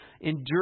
endure